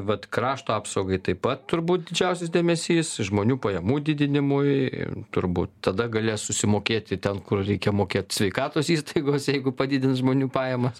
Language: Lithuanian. vat krašto apsaugai taip pat turbūt didžiausias dėmesys žmonių pajamų didinimui turbūt tada galės susimokėti ten kur reikia mokėt sveikatos įstaigose jeigu padidins žmonių pajamas